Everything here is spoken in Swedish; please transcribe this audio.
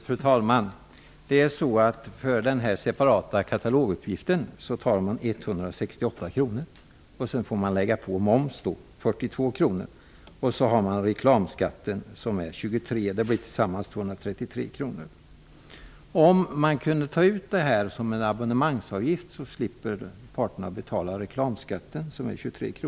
Fru talman! För införandet av den separata kataloguppgiften tar Telia ut en avgift på 168 kr, därtill kommer moms 42 kr. Tillsammans med reklamskatten på 23 kr blir beloppet 233 kr. Om man kunde ta ut detta belopp i form av en abonnemangsavgift slipper parterna betala reklamskatten på 23 kr.